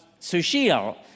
Sushil